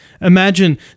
Imagine